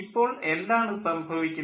ഇപ്പോൾ എന്താണ് സംഭവിക്കുന്നത്